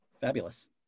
Fabulous